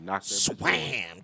swam